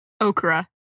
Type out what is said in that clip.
okra